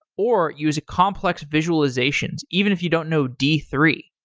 or use complex visualizations even if you don't know d three.